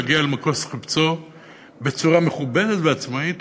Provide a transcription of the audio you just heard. להגיע למחוז חפצו בצורה מכובדת ועצמאית,